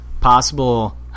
Possible